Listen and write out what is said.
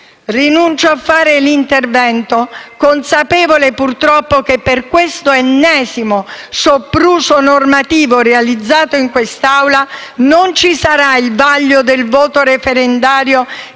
Rinuncio a svolgere il mio intervento, consapevole, purtroppo, che per questo ennesimo sopruso normativo realizzato in quest'Aula non ci sarà il vaglio del voto referendario